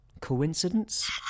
Coincidence